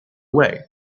way